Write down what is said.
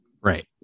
right